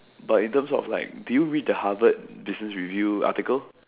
but in terms of like do you read the Harvard-Business-Review article